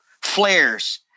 flares